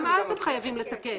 גם אז הם חייבים לתקף.